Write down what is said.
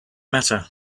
matter